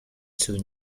too